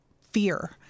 fear